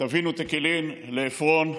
טבין ותקילין לעפרון,